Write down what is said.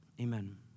Amen